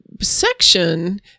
section